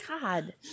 God